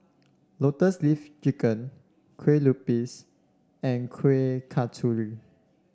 Lotus Leaf Chicken Kue Lupis and Kuih Kasturi